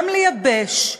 גם לייבש,